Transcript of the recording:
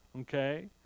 okay